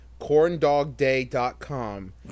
CornDogDay.com